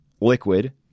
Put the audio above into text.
liquid